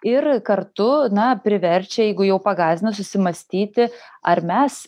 ir kartu na priverčia jeigu jau pagąsdina susimąstyti ar mes